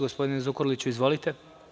Gospodine Zukorliću, izvolite.